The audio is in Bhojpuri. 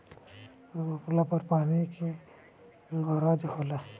रोपला पर पानी के गरज होला